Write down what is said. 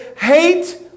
Hate